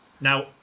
Now